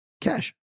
Cash